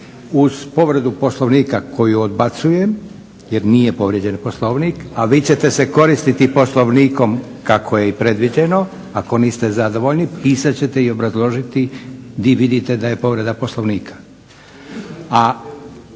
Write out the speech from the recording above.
Uz povredu Poslovnika koju odbacujem jer nije povrijeđen Poslovnik, a vi ćete se koristiti Poslovnikom kako je i predviđeno ako niste zadovoljni pisat ćete i obrazložiti gdje vidite da je povreda Poslovnika.